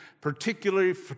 particularly